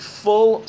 full